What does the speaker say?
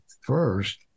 first